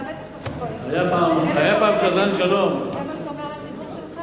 היה פעם, אתה בטח, זה מה שאתה אומר לציבור שלך?